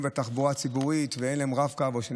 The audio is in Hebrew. בתחבורה הציבורית ואין להם רב-קו,